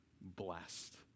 Blessed